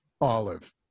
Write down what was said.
Olive